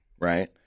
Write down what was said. right